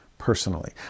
personally